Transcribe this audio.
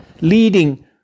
leading